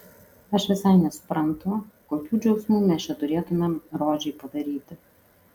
aš visai nesuprantu kokių džiaugsmų mes čia turėtumėm rožei padaryti